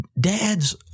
dads